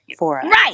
Right